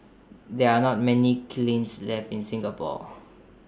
there are not many kilns left in Singapore